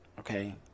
Okay